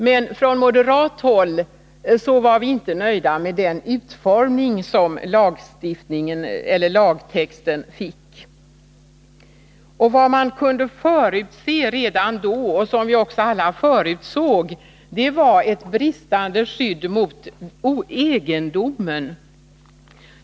Men från moderat håll var vi inte nöjda med den utformning lagtexten fick. Vad man kunde förutse redan då, och som också alla förutsåg, var ett bristande skydd för egendom.